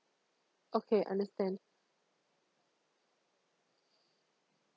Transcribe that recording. okay understand